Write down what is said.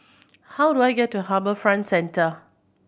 how do I get to HarbourFront Centre